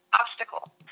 obstacle